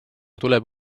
tuleb